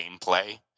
gameplay